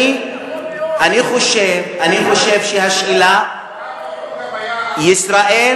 אני חושב שהשאלה, איך זה יכול להיות?